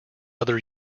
other